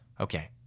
Okay